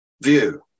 view